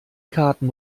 karten